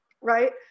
right